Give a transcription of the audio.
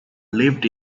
lived